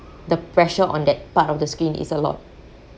the pressure on that part of the screen is a lot